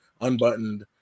unbuttoned